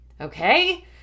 okay